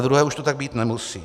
Ve druhém už to tak být nemusí.